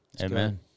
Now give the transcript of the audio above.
Amen